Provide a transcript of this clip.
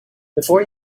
before